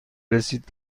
رسید